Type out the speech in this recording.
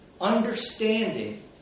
understanding